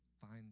find